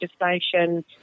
legislation